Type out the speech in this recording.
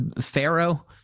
Pharaoh